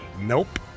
nope